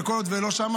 וכל עוד זה לא שם,